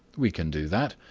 we can do that.